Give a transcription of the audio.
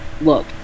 look